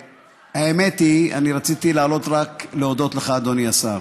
האמת היא, רציתי לעלות רק להודות לך, אדוני השר.